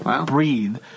breathe